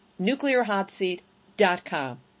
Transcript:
nuclearhotseat.com